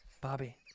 Bobby